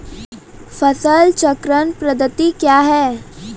फसल चक्रण पद्धति क्या हैं?